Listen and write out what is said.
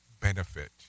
benefit